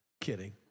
Kidding